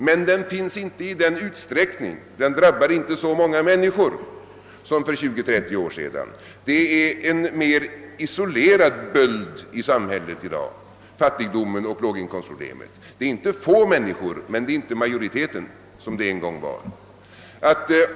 Men den finns inte i den utsträckningen, den drabbar inte så många människor som för 20—30 år sedan; fattigdomen och låginkomstproblemet är en mer isolerad böld i samhället i dag. Det är inte få människor som drabbas därav men inte majoriteten, som det en gång var.